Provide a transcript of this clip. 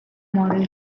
model